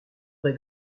vrai